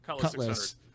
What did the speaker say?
Cutlass